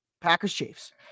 Packers-Chiefs